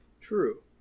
true